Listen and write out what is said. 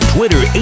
Twitter